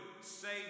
save